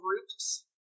groups